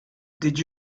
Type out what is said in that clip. did